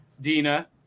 Dina